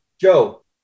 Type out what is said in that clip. Joe